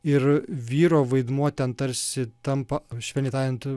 ir vyro vaidmuo ten tarsi tampa švelniai tariant